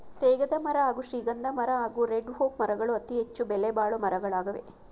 ತೇಗದಮರ ಹಾಗೂ ಶ್ರೀಗಂಧಮರ ಹಾಗೂ ರೆಡ್ಒಕ್ ಮರಗಳು ಅತಿಹೆಚ್ಚು ಬೆಲೆಬಾಳೊ ಮರಗಳಾಗವೆ